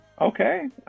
okay